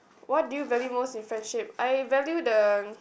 what do you value most in friendship I value the